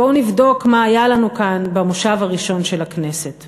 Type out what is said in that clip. בואו ונבדוק מה היה לנו כאן במושב הראשון של הכנסת,